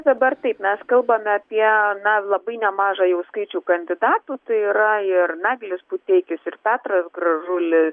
dabar taip mes kalbame apie na labai nemažą jau skaičių kandidatų tai yra ir naglis puteikis ir petras gražulis